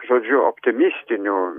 žodžiu optimistinių